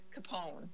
Capone